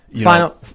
Final